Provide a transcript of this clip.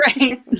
right